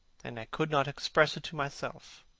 and i could not express it to myself.